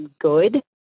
good